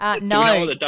No